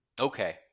Okay